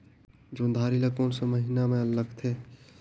जोंदरी ला कोन सा महीन मां लगथे?